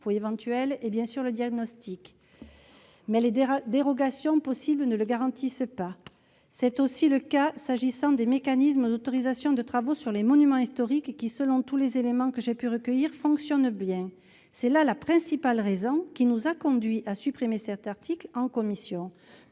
éventuelles et, bien sûr, diagnostic -, mais les dérogations possibles ne la garantissent pas. C'est aussi le cas s'agissant des mécanismes d'autorisation de travaux sur les monuments historiques, qui, selon tous les éléments que j'ai pu recueillir, fonctionnent bien. C'est là la principale raison qui nous a conduits à supprimer cet article en commission